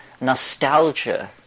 nostalgia